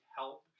help